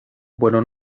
bueno